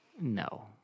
No